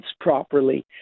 properly